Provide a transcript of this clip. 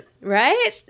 Right